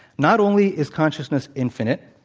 not only is consciousness infinite,